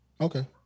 Okay